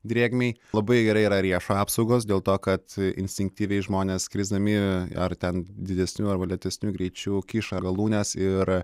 drėgmei labai gerai yra riešo apsaugos dėl to kad instinktyviai žmonės krisdami ar ten didesniu arba lėtesniu greičiu kiša galūnes ir